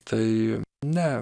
tai ne